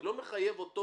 אני לא מחייב אותו